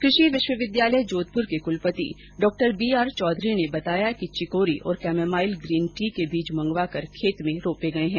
कृषि विश्वविद्यालय जोधपुर के कुलपति डॉ बी आर चौधरी ने बताया कि चिकोरी और कैमोमाइल ग्रीन टी के बीज मंगवाकर खेत में रोंपे गये है